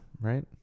right